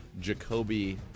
Jacoby